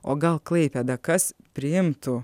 o gal klaipėda kas priimtų